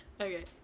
Okay